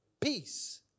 Peace